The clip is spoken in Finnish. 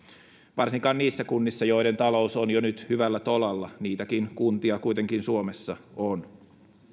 varsinkaan niissä kunnissa joiden talous on jo nyt hyvällä tolalla niitäkin kuntia kuntienkin suomessa on